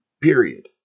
Period